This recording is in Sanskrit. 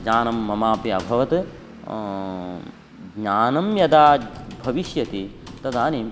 ज्ञानं ममापि अभवत् ज्ञानं यदा भविष्यति तदानीं